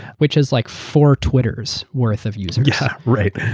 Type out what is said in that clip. which is like four twitters worth of users. yeah, right.